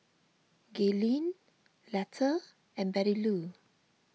Gaylen Letta and Bettylou